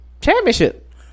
Championship